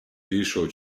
більшого